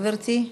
גברתי,